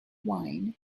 wine